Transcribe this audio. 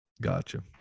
Gotcha